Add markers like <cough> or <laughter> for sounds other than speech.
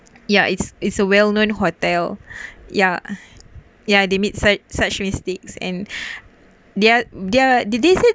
yeah it's it's a well known hotel <breath> ya ya they make such such mistakes and <breath> they're they're did they said